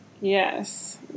yes